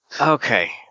Okay